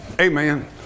Amen